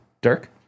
Dirk